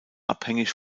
abhängig